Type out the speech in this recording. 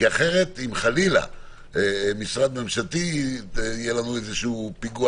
כי אחרת אם חלילה במשרד ממשלתי יהיה לנו איזשהו פיגוע